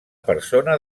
persona